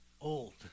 Old